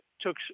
took